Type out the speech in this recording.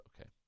okay